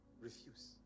Refuse